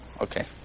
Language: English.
Okay